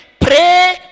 Pray